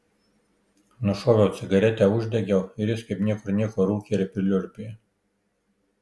nušoviau cigaretę uždegiau ir jis kaip niekur nieko rūkė ir pliurpė